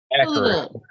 Accurate